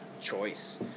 choice